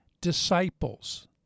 disciples